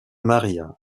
maria